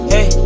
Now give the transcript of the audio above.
Hey